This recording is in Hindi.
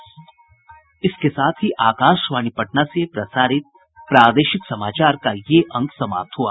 इसके साथ ही आकाशवाणी पटना से प्रसारित प्रादेशिक समाचार का ये अंक समाप्त हुआ